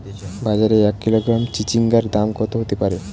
বাজারে এক কিলোগ্রাম চিচিঙ্গার দাম কত হতে পারে?